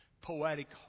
poetic